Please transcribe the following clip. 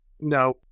No